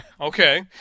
okay